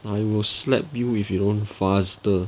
I will slap you if you don't faster